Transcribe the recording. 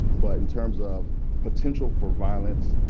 but in terms of potential for violence,